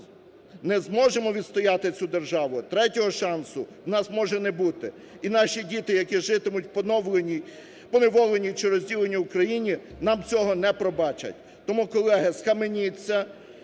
не зможемо відстояти цю державу, третього шансу у нас не бути, і наші діти, які житимуть в поневоленій чи розділеній Україні, нам цього не пробачать. Тому, колеги, схаменіться,